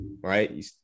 right